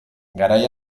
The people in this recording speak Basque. garai